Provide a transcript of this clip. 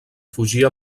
fugir